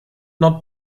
not